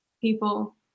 people